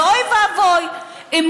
ואוי ואבוי אם